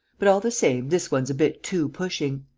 but, all the same, this one's a bit too pushing.